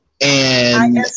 And-